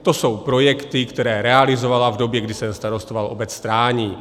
To jsou projekty, které realizovala v době, kdy jsem starostoval, obec Strání.